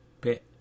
bit